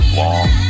long